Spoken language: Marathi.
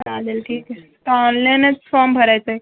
चालेल ठीक आहे तर ऑनलाईनच फॉर्म भरायचा आहे